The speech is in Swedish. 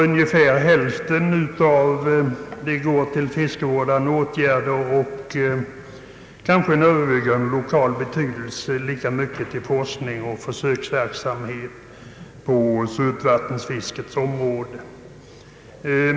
Ungefär hälften går till fiskevårdande åtgärder av övervägande lokal betydelse, lika mycket går till forskning och försöksverksamhet på sötvattenfiskets område.